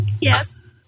Yes